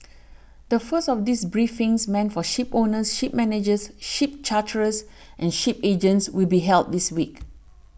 the first of these briefings meant for shipowners ship managers ship charterers and shipping agents will be held this week